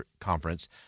conference